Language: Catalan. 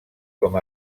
com